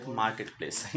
marketplace